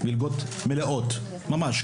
מלגות מלאות ממש,